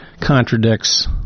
contradicts